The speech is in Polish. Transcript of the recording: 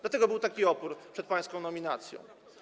Dlatego był taki opór przed pańską nominacją.